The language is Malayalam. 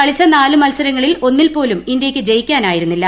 കളിച്ച നാല് മത്സരങ്ങളിൽ ഒന്നിൽപ്പോലും ഇന്ത്യയ്ക്ക് ജയിക്കാനായിരുന്നില്ല